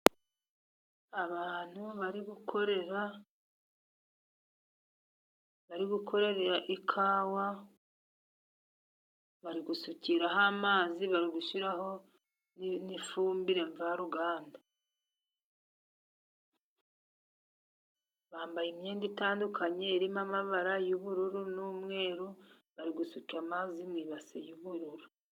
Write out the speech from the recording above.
Abantu bari gukorera ikawa, bari gusukiraho amazi, bari gushyiraho n'ifumbire mvaruganda. Bambaye imyenda itandukanye irimo amabara y'ubururu n'umweru, bari gusuka amazi mu ibase y'ubururu.